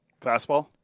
Fastball